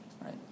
right